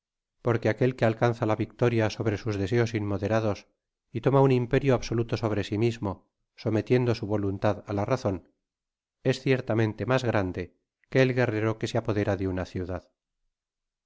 porque aquel que alcanza la victoria sebre sus deseos inmoderados y toma un inmperio absoluto sobre si mismo sometiendo su voluntad á la razon es ciertamente mas grande que el guerrero que se apodera do una ciudad